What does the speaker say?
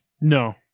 No